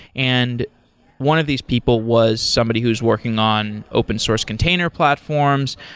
and one of these people was somebody who's working on open source container platforms.